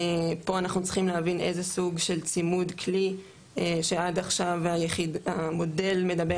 פה אנחנו צריכים להבין איזה סוג של צימוד כלי שעד עכשיו המודל מדבר